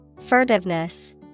Furtiveness